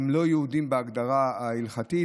הם לא יהודים בהגדרה ההלכתית.